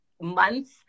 months